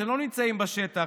אתם לא נמצאים בשטח,